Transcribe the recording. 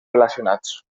relacionats